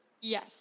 Yes